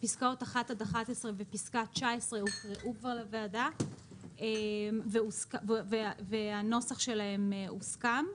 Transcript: פסקאות 1-11 ופסקה 19 הוקראו כבר לוועדה בדיון הקודם והנוסח שלהם הוסכם.